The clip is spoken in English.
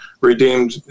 redeemed